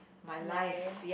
lie